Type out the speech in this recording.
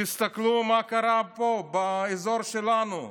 תסתכלו מה קרה פה, באזור שלנו,